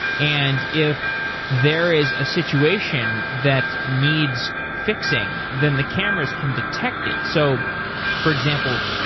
and if there is a situation that needs fixing, then the cameras can detect it. so for example,